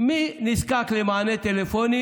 מי נזקק למענה טלפוני